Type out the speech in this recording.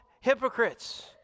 hypocrites